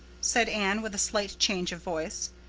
said anne with a slight change of voice.